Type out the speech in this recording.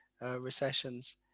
recessions